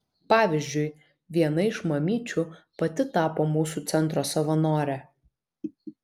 pavyzdžiui viena iš mamyčių pati tapo mūsų centro savanore